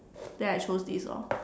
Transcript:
then I chose this lor